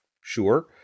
sure